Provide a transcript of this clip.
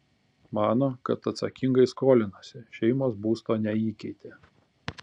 mano kad atsakingai skolinosi šeimos būsto neįkeitė